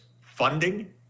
funding